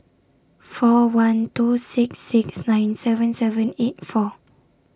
four one two six six nine seven seven eight four